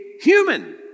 human